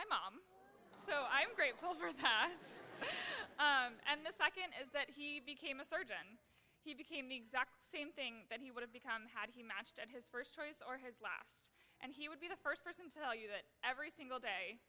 my mom so i am grateful for the times and the second is that he became a surgeon he became the exact same thing that he would have become had he matched at his first choice or his last and he would be the first person to tell you that every single day